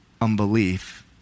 unbelief